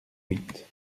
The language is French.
huit